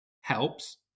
helps